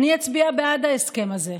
אני אצביע בעד ההסכם הזה.